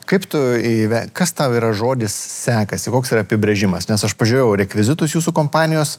kaip tu įve kas tau yra žodis sekasi koks yra apibrėžimas nes aš pažiūrėjau rekvizitus jūsų kompanijos